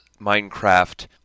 Minecraft